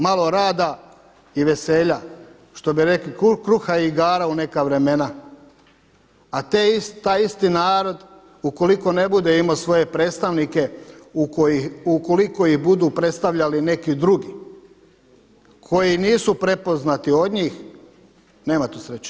Malo rada i veselja šta bi rekli kruha i igara u neka vremena, a taj isti narod ukoliko ne bude imao svoje predstavnike, ukoliko ih budu predstavljali neki drugi koji nisu prepoznati od njih nema tu sreće.